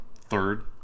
third